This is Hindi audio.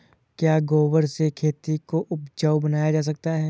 क्या गोबर से खेती को उपजाउ बनाया जा सकता है?